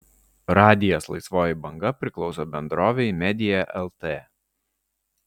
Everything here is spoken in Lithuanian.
radijas laisvoji banga priklauso bendrovei media lt